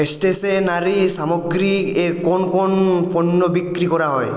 stationery সামগ্রী এর কোন কোন পণ্য বিক্রি করা হয়